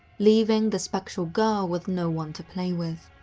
leaving the spectral girl with no one to play with.